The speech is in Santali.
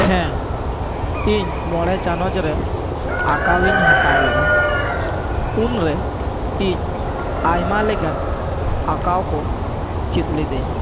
ᱦᱮᱸ ᱤᱧ ᱢᱚᱬᱮ ᱪᱟᱱᱟᱪ ᱨᱮ ᱟᱸᱠᱟᱣ ᱤᱧ ᱦᱟᱛᱟᱣ ᱞᱮᱫᱟ ᱩᱱᱨᱮ ᱤᱧ ᱟᱭᱢᱟ ᱞᱮᱠᱟᱱ ᱟᱸᱠᱟᱣ ᱠᱩ ᱪᱮᱫ ᱞᱮᱫᱤᱧ